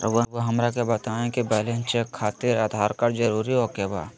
रउआ हमरा के बताए कि बैलेंस चेक खातिर आधार कार्ड जरूर ओके बाय?